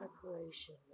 preparation